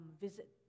visit